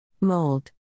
Mold